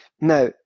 now